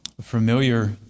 Familiar